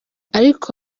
ariko